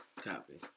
Copy